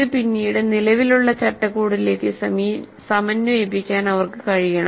ഇത് പിന്നീട് നിലവിലുള്ള ചട്ടക്കൂടിലേക്ക് സമന്വയിപ്പിക്കാൻ അവർക്ക് കഴിയണം